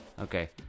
Okay